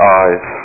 eyes